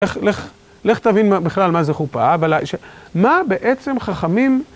לך תבין בכלל מה זה חופה, מה בעצם חכמים...